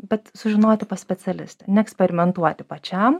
bet sužinoti pas specialistą neeksperimentuoti pačiam